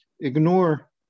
ignore